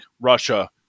Russia